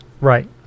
Right